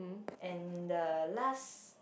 and the last